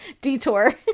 Detour